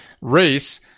race